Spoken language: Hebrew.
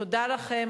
תודה לכם.